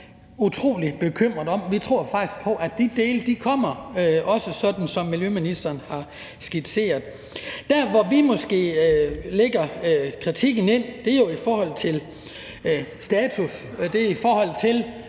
Vi tror faktisk på, at de dele også kommer, sådan som miljøministeren har skitseret. Der, hvor vi måske lægger kritikken ind, er jo, i forhold til status for de